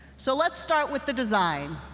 so let's start with the design.